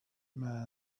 man